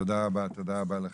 תודה רבה לך.